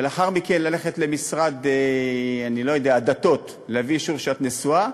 ולאחר מכן ללכת למשרד הדתות להביא אישור שאת נשואה,